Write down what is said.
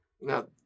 Now